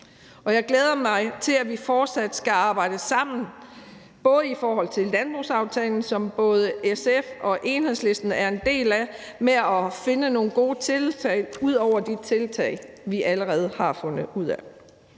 Jeg glæder mig til, at vi fortsat skal arbejde sammen i forhold til bl.a. landbrugsaftalen, som både SF og Enhedslisten er en del af, om at finde nogle gode tiltag udover de tiltag, vi allerede har fundet frem